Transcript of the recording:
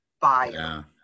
fire